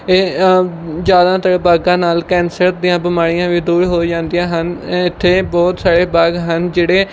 ਏ ਜ਼ਿਆਦਾਤਰ ਬਾਗਾਂ ਨਾਲ ਕੈਂਸਰ ਦੀਆਂ ਬਿਮਾਰੀਆਂ ਵੀ ਦੂਰ ਹੋ ਜਾਂਦੀਆਂ ਹਨ ਇੱਥੇ ਬਹੁਤ ਸਾਰੇ ਬਾਗ ਹਨ ਜਿਹੜੇ